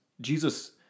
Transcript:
Jesus